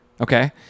okay